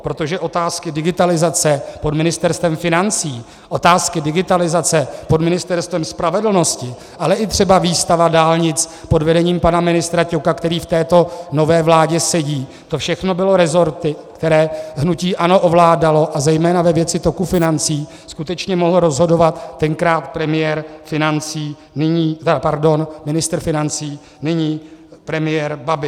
Protože otázky digitalizace pod Ministerstvem financí, otázky digitalizace pod Ministerstvem spravedlnosti, ale i třeba výstavba dálnic pod vedením pana ministra Ťoka, který v této nové vládě sedí, to všechno byly resorty, které hnutí ANO ovládalo, zejména ve věci toku financí skutečně mohl rozhodovat tenkrát premiér financí, nyní pardon, nyní premiér Babiš.